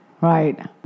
Right